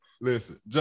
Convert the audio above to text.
Listen